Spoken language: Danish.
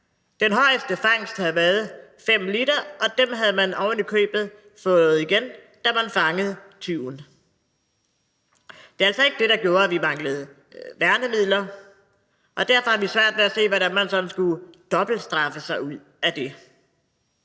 Den største fangst havde været 5 l, og dem havde man ovenikøbet fået igen, da man fangede tyven. Det var altså ikke det, der gjorde, at vi manglede værnemidler, og derfor har vi svært ved at se, hvordan man sådan skulle dobbeltstraffe sig ud af det.